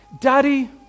Daddy